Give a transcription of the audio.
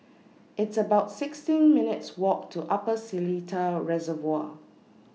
It's about sixteen minutes' Walk to Upper Seletar Reservoir